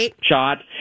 shot